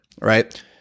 right